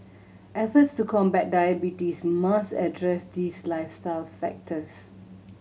efforts to combat diabetes must address these lifestyle factors